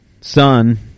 son